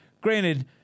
granted